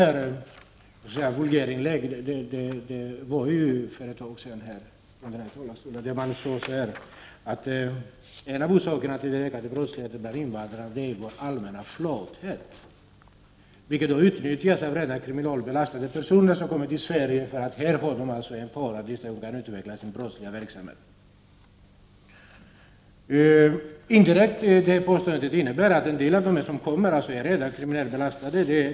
Ett vulgärinlägg gjordes från denna talarstol för en tid sedan då det sades att en av orsakerna till den ökande brottsligheten bland invandrarna är den allmänna flatheten i Sverige, och det sades att denna utnyttjas av redan kriminellt belastade personer som kommer till Sverige, eftersom de här i Sverige har ett paradis där de kan utveckla sin brottsliga verksamhet. Indirekt innebär detta påstående att en del av de människor som kommer till Sverige redan är kriminellt belastade.